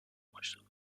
başladı